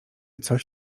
coś